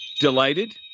delighted